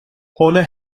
horner